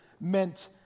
meant